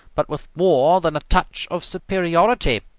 but with more than a touch of superiority.